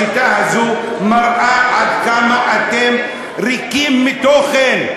השיטה הזאת מראה עד כמה אתם ריקים מתוכן.